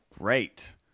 Great